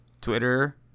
Twitter